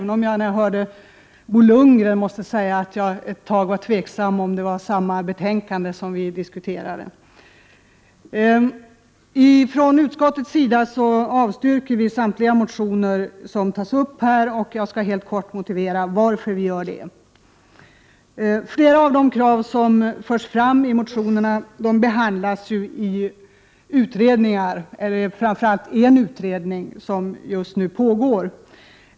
När jag hörde Bo Lundgren var jag ett tag tveksam om det var samma betänkande som vi diskuterade. Från utskottets sida avstyrker vi samtliga motioner. Jag skall helt kort motivera varför vi gör det. Flera av de krav som förs fram i motionerna behandlas i framför allt en utredning som just nu pågår.